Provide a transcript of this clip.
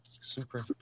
super